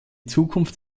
zukunft